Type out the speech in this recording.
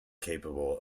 capable